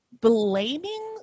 blaming